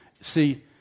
See